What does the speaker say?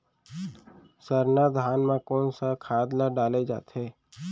सरना धान म कोन सा खाद ला डाले जाथे?